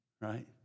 right